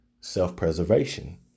self-preservation